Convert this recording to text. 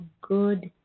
good